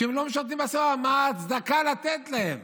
כשהם לא משרתים בצבא, מה ההצדקה לתת להם?